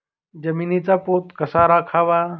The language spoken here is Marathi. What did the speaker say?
जमिनीचा पोत कसा राखावा?